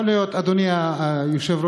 יכול להיות, אדוני היושב-ראש.